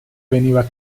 veniva